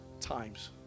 times